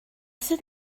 sydd